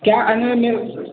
क्या